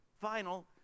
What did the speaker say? final